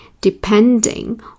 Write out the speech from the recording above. depending